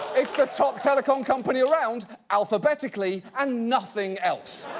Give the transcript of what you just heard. it's the top telecom company around alphabetically and nothing else.